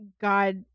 God